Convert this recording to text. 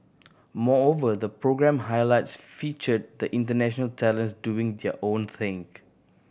moreover the programme highlights featured the international talents doing their own think